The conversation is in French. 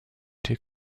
des